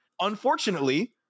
Unfortunately